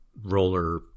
roller